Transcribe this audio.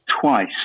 twice